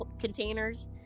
containers